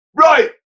right